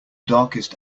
darkest